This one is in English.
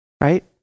Right